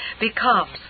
becomes